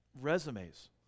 Resumes